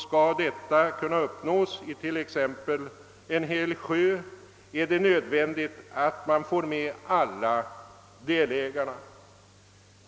Skall detta kunna uppnås i t.ex. en hel sjö är det nödvändigt att man får med alla delägarna.